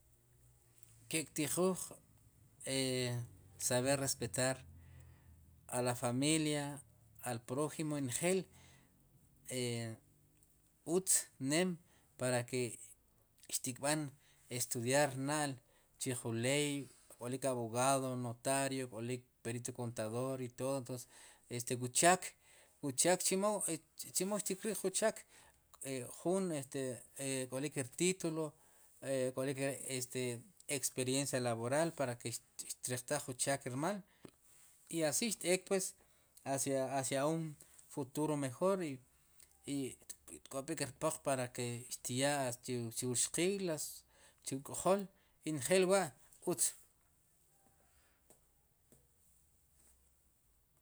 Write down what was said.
Ke'k tijuuj saber respetar a la familia al prójimo njel utz neem para ke xtikb'an estudiar na'l chi jun leey k'olik abogado inotario k'olik perito contador k'olik todo wu chaah, wu chaak chemo xtiq riq jun chaak jun este e k'olik rtítulo k'olik este experiencia laboral para ke xtriq taj jun chaak rmal i asi xt'ek pwes hacia un futuro mejor i xtk'ob'ik rpoq para ke xtyaa chu wur xqiil chu rk'jol i njel wa' utz.